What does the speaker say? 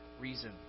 reason